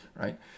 right